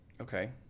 Okay